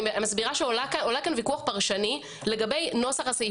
עולה כאן ויכוח פרשני לגבי נוסח הסעיף.